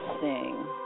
sing